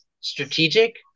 strategic